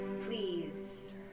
Please